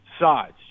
sides